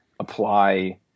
apply